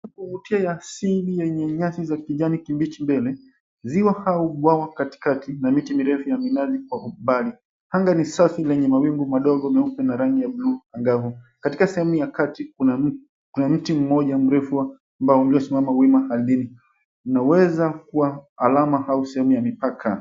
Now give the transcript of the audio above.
...kuotea asili ya nyenyasi za kijani kibichi mbele. Ziwa au bwawa katikati na miti mirefu ya minazi kwa ubali. Anga ni safi lenye mawingu madogo meupe na rangi ya blue angavu. Katika sehemu ya kati kuna mti mmoja mrefu ambao ulisimama wima haldini. Unaweza kuwa alama au sehemu ya mipaka.